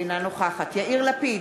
אינה נוכחת יאיר לפיד,